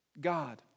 God